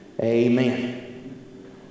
amen